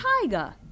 tiger